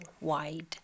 wide